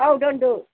औ दोनदो